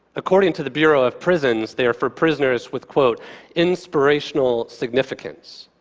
according to the bureau of prisons, they are for prisoners with inspirational significance.